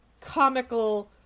comical